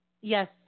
Yes